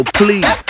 please